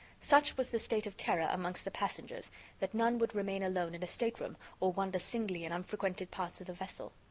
such was the state of terror amongst the passengers that none would remain alone in a stateroom or wander singly in unfrequented parts of the vessel.